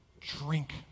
drink